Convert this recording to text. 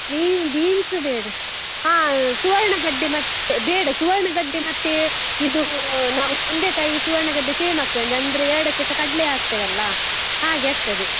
ಬೀ beans ಬೇಡ ಹಾಂ ಸುವರ್ಣ ಗಡ್ಡೆ ಮತ್ತೆ ಬೇಡ ಸುವರ್ಣ ಗಡ್ಡೆ ಮತ್ತೆ ಇದು ನಾವು ತೊಂಡೆಕಾಯಿ ಸುವರ್ಣ ಗಡ್ಡೆ ಸೇಮ್ ಆಗ್ತದೆ ಅಂದರೆ ಎರಡಕ್ಕೆ ಸಹ ಕಡಲೆ ಹಾಕ್ತೆವಲ್ಲ ಹಾಗೆ ಆಗ್ತದೆ